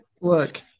Look